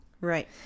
right